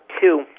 Two